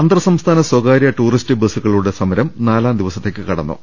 അന്തർ സംസ്ഥാന സ്ഥകാര്യ ടൂറിസ്റ്റ് ബസ്സുകളുടെ സമരം നാലാം ദിവസത്തേക്ക് കടന്നു